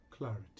Clarity